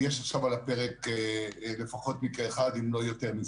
יש עכשיו על הפרק לפחות מקרה אחד, אם לא יותר מזה.